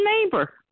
neighbor